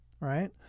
right